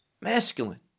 masculine